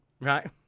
Right